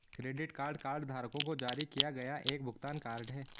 credit card कार्डधारकों को जारी किया गया एक भुगतान कार्ड है